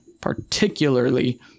particularly